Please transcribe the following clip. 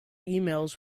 emails